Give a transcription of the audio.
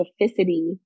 specificity